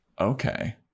Okay